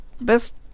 best